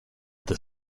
the